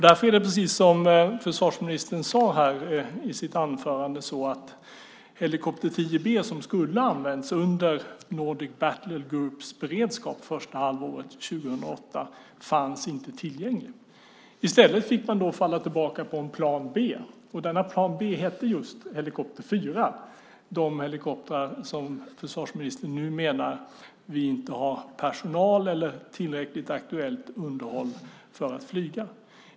Därför är det, som försvarsministern sade i sitt anförande, så att helikopter 10 B, som skulle ha använts under Nordic Battlegroups beredskap första halvåret 2008, inte fanns tillgänglig. I stället fick man falla tillbaka på plan B. Denna plan B hette just helikopter 4, de helikoptrar som försvarsministern nu menar att vi inte har personal till eller tillräckligt aktuellt underhåll på för att flyga.